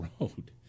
road